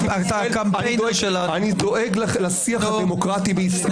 אני דואג לשיח הדמוקרטי בישראל.